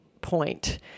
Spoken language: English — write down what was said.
point